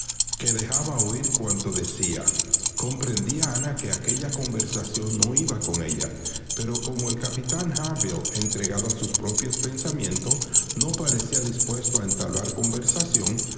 que dejaba oír cuanto decía comprendía ana que aquella conversación no iba con ella pero como el capitán harville entregado a sus propios pensamientos no parecía dispuerio a entablar conversación